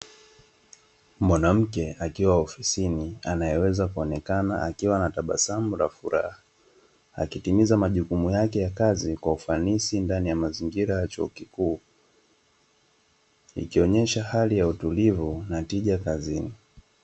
Mwanamke akiwa ofisini anayeweza kuonekana akiwa na tabasamu la furaha, akitimiza majukumu yake ya kazi kwa ufanisi ndani ya mazingira ya chuo kikuu ikionyesha hali ya utulivu na tija kazini.